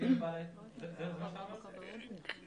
אני מבקש שתדגישו ברישיון עסק שרישיון העסק,